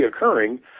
reoccurring